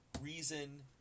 reason